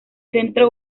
centro